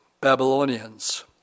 Babylonians